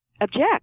object